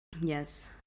yes